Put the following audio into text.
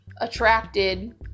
attracted